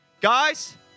Guys